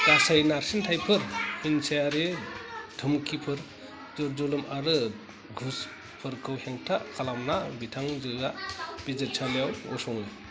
गासै नारसिनथायफोर हिंसायारि धोमखिफोर जरजुलुम आरो गुसफोरखौ हेंथा खालामना बिथांजोया बिजिरसालियाव गसङो